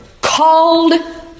called